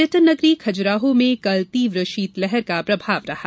पर्यटन नगरी खजुराहो में कल तीव्र शीतलहर का प्रभाव रहा